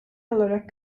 olarak